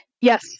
Yes